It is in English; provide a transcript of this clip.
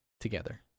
together